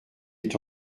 est